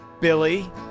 Billy